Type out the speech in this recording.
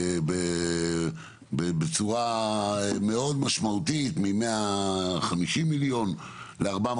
בצורה מאוד משמעותית מ-150 מיליון ל-450